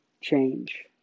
change